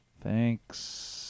Thanks